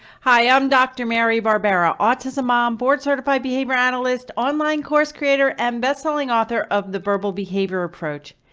hi, i'm dr. mary barbera, autism mom board certified behavior analyst online course creator and bestselling author of the verbal behavior approach.